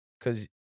cause